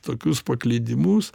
tokius paklydimus